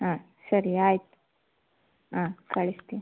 ಹಾಂ ಸರಿ ಆಯಿತು ಹಾಂ ಕಳಿಸ್ತೀನಿ